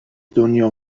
دنیا